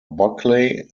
buckley